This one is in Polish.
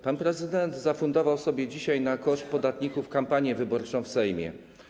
Pan prezydent zafundował sobie dzisiaj na koszt podatników kampanię wyborczą w Sejmie.